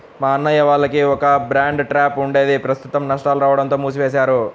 మా అన్నయ్య వాళ్లకి ఒక బ్యాండ్ ట్రూప్ ఉండేది ప్రస్తుతం నష్టాలు రాడంతో మూసివేశారు